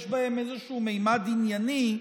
יש בהן איזשהו ממד ענייני,